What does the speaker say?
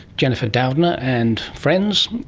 jennifer doudnaand and friends,